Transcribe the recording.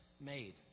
made